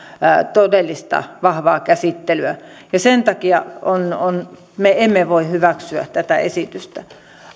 todellista vahvaa käsittelyä ja sen takia me emme voi hyväksyä tätä esitystä